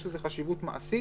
יש לזה חשיבות מעשית.